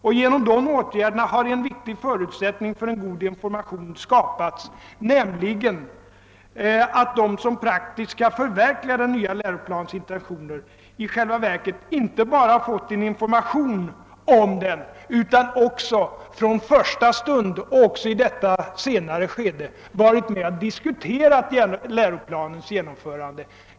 Och genom dessa åtgärder har en viktig förutsättning för en god information skapats, nämligen att de som praktiskt skall förverkliga den nya läroplanens intentioner i själva verket inte bara fått en information om den utan också från första stund och även i detta senare skede fått vara med om att diskutera läroplanens genomförande.